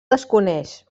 desconeix